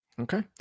Okay